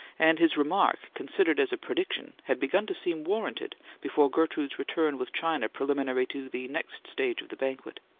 and his remark, considered as a prediction, had begun to seem warranted before gertrude's return with china preliminary to the next stage of the banquet.